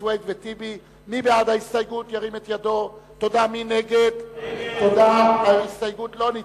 ג'מאל זחאלקה וחנין זועבי לסעיף 15 לא נתקבלה.